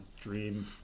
dream